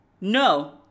No